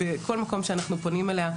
בכל מקום שאנחנו פונים אליה,